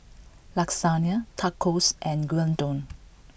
Lasagna Tacos and Gyudon